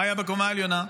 מה היה בקומה העליונה?